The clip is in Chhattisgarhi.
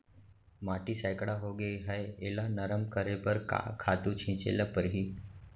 माटी सैकड़ा होगे है एला नरम करे बर का खातू छिंचे ल परहि?